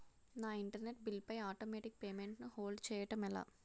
నా internet bill పై automatic payment ను హోల్డ్ చేయటం ఎలా?